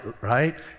right